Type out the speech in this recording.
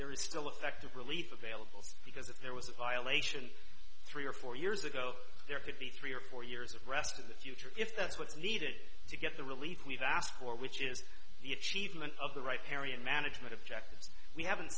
there is still effective relief available because if there was a violation three or four years ago there could be three or four years of rest of the future if that's what's needed to get the relief we've asked for which is the achievement of the right area and management objectives we haven't